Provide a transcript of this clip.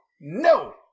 no